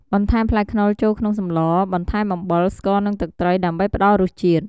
បន្ថែមផ្លែខ្នុរចូលក្នុងសម្ល បន្ថែមអំបិល ស្ករ និងទឹកត្រី ដើម្បីផ្តល់រសជាតិ។